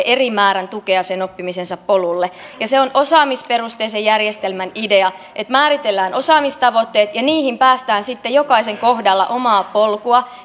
eri määrän tukea sille oppimisensa polulle se on osaamisperusteisen järjestelmän idea että määritellään osaamistavoitteet ja niihin päästään sitten jokaisen kohdalla omaa polkua